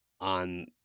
on